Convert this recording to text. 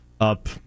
up